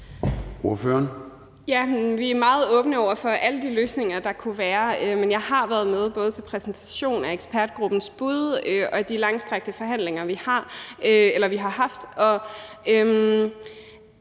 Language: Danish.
Vi er meget åbne over for alle de løsninger, der kunne være. Men jeg har været med til både præsentation af ekspertgruppens bud og de langstrakte forhandlinger, vi har haft.